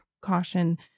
caution